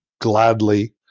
gladly